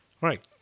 right